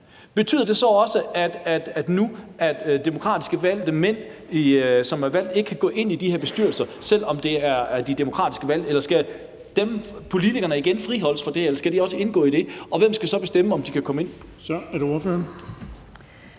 Betyder det så også, at demokratisk valgte mænd, som er valgt, nu ikke kan gå ind i de her bestyrelser, selv om de er demokratisk valgt, eller skal politikerne igen friholdes fra det, eller skal de også indgå i det? Og hvem skal så bestemme, om de kan komme ind? Kl. 13:58 Den